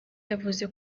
yavuze